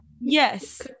yes